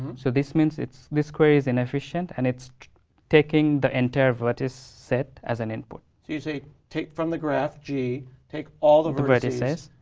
so, this means this query is inefficient, and it's taking the entire vertex set as an input. so you say, take from the graph g, take all the vertexes,